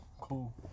Cool